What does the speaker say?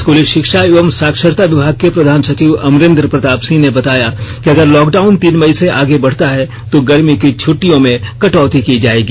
स्कूली शिक्षा एवं साक्षरता विभाग के प्रधान सचिव अमरेंद्र प्रताप सिंह ने बताया कि अगर लॉक डाउन तीन मई से आगे बढ़ता है तो गर्मी की छटिट्यों में कटौती की जाएगी